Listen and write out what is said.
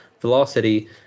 Velocity